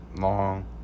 long